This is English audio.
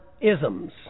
isms